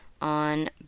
on